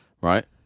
right